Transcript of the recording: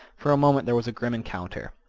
for a moment there was a grim encounter.